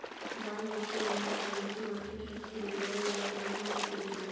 ಬಾಂಡ್ಮಾರ್ಕೆಟಿಂಗಿಂದಾ commodity market ಹೆಚ್ಗಿ ದುಡಿತದೊ ಇಲ್ಲಾ ಬಾಂಡ್ ಮಾರ್ಕೆಟ್ ದುಡಿತದೊ?